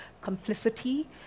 complicity